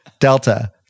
Delta